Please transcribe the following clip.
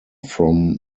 from